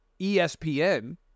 ESPN